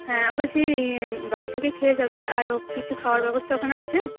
হ্যাঁ বলছি বাড়ি থেকে খেয়ে যাবে আরও কিছু খাওয়ার ব্যবস্থা ওখানে আছে